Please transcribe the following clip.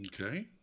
Okay